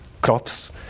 crops